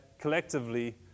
collectively